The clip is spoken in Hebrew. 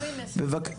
בבקשה.